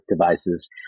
devices